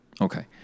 Okay